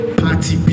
party